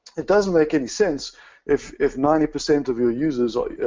it doesn't make any sense if if ninety percent of your users are,